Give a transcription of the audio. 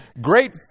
great